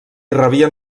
rebien